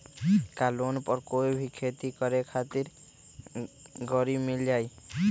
का लोन पर कोई भी खेती करें खातिर गरी मिल जाइ?